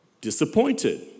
disappointed